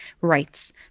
rights